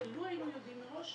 לו היינו יודעים מראש,